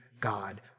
God